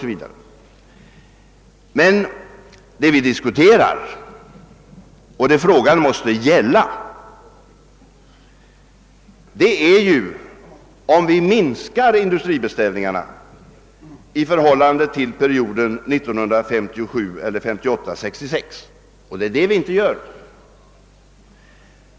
S. V., men vad vi diskuterar, och vad frågan måste gälla, är ju om vi minskar industribeställningarna i förhållande till perioden 1958—1966, och det är det vi inte gör.